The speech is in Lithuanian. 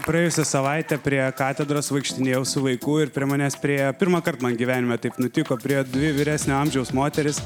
praėjusią savaitę prie katedros vaikštinėjau su vaiku ir prie manęs priėjo pirmąkart man gyvenime taip nutiko prie dvi vyresnio amžiaus moterys